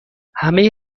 همه